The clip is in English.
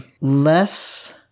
less